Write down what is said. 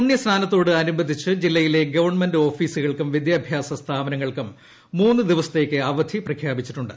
പുണ്യസ്നാനത്തോട് അനുബന്ധിച്ച് ജില്ലയിലെ ഗവൺമെന്റ് ഓഫീസുകൾക്കും വിദ്യാഭ്യാസ സ്ഥാപനങ്ങൾക്കും മൂന്ന് ദിവസത്തേക്ക് അവധി പ്രഖ്യാപിച്ചിട്ടുണ്ട്